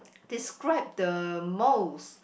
describe the most